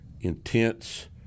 intense